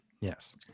Yes